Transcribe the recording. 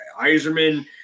Iserman